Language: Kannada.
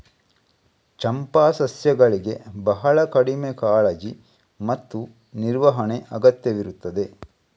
ಚಂಪಾ ಸಸ್ಯಗಳಿಗೆ ಬಹಳ ಕಡಿಮೆ ಕಾಳಜಿ ಮತ್ತು ನಿರ್ವಹಣೆ ಅಗತ್ಯವಿರುತ್ತದೆ